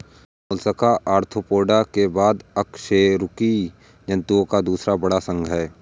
Mollusca Arthropoda के बाद अकशेरुकी जंतुओं का दूसरा सबसे बड़ा संघ है